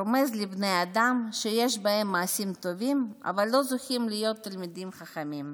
רומז לבני אדם שיש בהם מעשים טובים אבל לא זוכים להיות תלמידי חכמים.